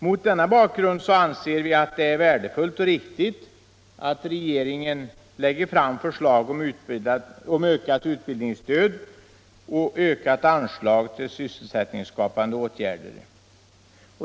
Mot denna bakgrund anser vi det värdefullt och riktigt att regeringen lägger fram förslag om ökat utbildningsstöd och ökat anslag till sysselsättningsskapande åtgärder.